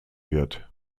wird